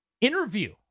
interview